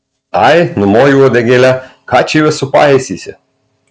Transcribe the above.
ai numoju uodegėle ką čia juos supaisysi